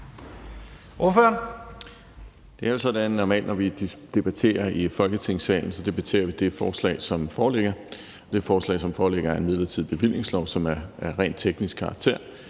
Det er jo normalt sådan, at når vi debatterer i Folketingssalen, debatterer vi det forslag, som foreligger. Det forslag, som foreligger, er en midlertidig bevillingslov, som er af rent teknisk karakter.